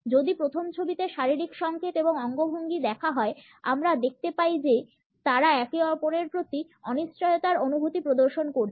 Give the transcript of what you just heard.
যদি প্রথম ছবিতে শারীরিক সংকেত এবং অঙ্গভঙ্গি দেখা হয় আমরা দেখতে পাই যে তারা একে অপরের প্রতি অনিশ্চয়তার অনুভূতি প্রদর্শন করছে